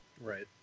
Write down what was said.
Right